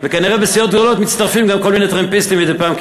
וכנראה בסיעות גדולות מצטרפים גם כל מיני טרמפיסטים מדי פעם,